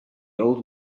old